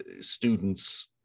students